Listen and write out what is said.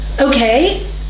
okay